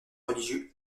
religieux